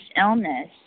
illness